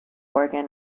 organ